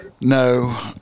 No